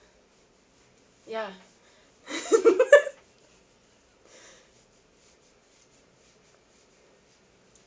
ya